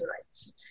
rights